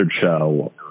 show